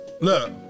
Look